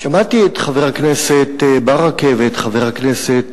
שמעתי את חבר הכנסת ברכה ואת חבר הכנסת